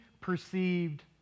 perceived